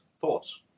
thoughts